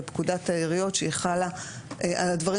בפקודת העיריות שהיא חלה על הדברים